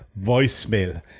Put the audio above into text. voicemail